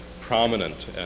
prominent